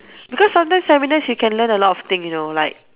because sometimes seminars you can learn a lot of thing you know like